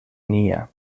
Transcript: nia